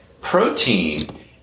Protein